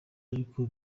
ariko